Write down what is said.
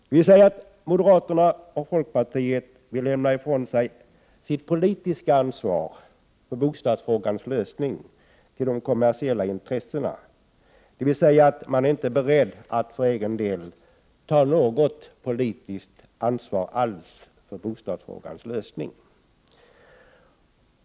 Det visar att moderaterna och folkpartiet vill lämna ifrån sig sitt politiska ansvar för bostadsfrågans lösning till de kommersiella intressena, dvs. att man inte är beredd att för egen del ta något politiskt ansvar alls för bostadsfrågans lösning.